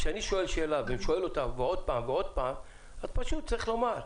כשאני שואל שאלה שוב ושוב אז פשוט צריך לומר: